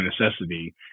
necessity